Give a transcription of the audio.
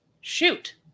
Shoot